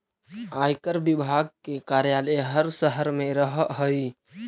आयकर विभाग के कार्यालय हर शहर में रहऽ हई